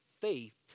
faith